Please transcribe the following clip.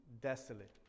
desolate